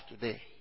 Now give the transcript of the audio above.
today